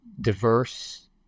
diverse